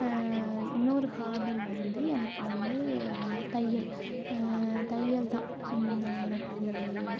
இன்னொரு ஹாபி வந்து எனக்கு வந்து தையல் தையல் தான் நான் எனக்கு